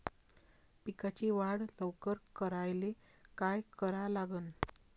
पिकाची वाढ लवकर करायले काय करा लागन?